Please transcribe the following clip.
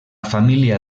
família